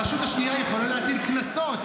הרשות השנייה יכולה להטיל קנסות,